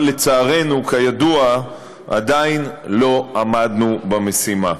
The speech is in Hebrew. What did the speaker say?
אבל לצערנו, כידוע עדיין לא עמדנו במשימה.